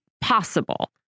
possible